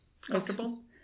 Comfortable